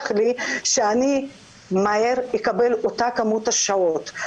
לי שאני אקבל את אותה כמות השעות במהרה,